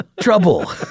trouble